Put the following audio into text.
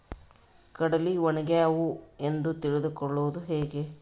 ಕಡಲಿ ಒಣಗ್ಯಾವು ಎಂದು ತಿಳಿದು ಕೊಳ್ಳೋದು ಹೇಗೆ?